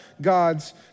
God's